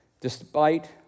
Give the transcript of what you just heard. Despite